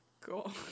cool